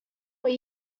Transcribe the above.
what